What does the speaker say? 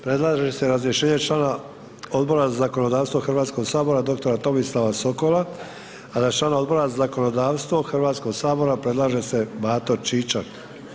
Predlaže se razrješenje člana Odbora za zakonodavstvo Hrvatskog sabora dr. Tomislava Sokola a za člana Odbora za zakonodavstvo Hrvatskog sabora Mato Čičak.